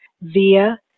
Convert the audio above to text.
via